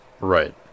Right